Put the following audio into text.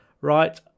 right